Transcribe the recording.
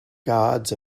gods